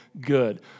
good